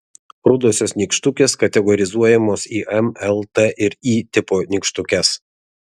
rudosios nykštukės kategorizuojamos į m l t ir y tipo nykštukes